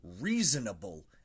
reasonable